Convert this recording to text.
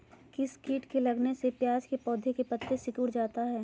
किस किट के लगने से प्याज के पौधे के पत्ते सिकुड़ जाता है?